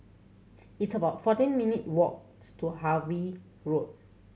it's about fourteen minute walks to Harvey Road